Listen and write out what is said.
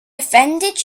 offended